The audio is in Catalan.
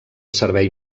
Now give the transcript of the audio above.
servei